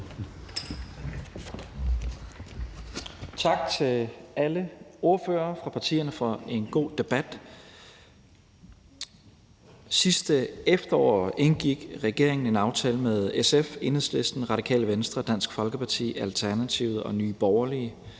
Tak til alle ordførere for en god debat. Sidste efterår indgik regeringen en aftale med SF, Enhedslisten, Radikale Venstre, Dansk Folkeparti, Alternativet og Nye Borgerlige,